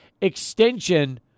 extension